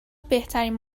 بهترین